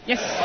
Yes